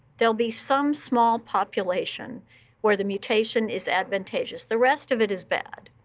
there'll be some small population where the mutation is advantageous. the rest of it is bad.